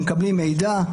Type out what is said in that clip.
הם מקבלים מידע.